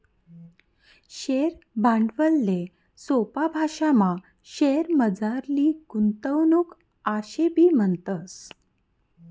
share भांडवलले सोपा भाशामा शेअरमझारली गुंतवणूक आशेबी म्हणतस